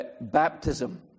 baptism